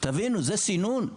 זה סינון?